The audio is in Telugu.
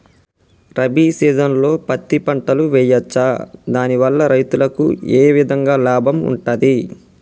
రబీ సీజన్లో పత్తి పంటలు వేయచ్చా దాని వల్ల రైతులకు ఏ విధంగా లాభం ఉంటది?